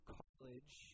college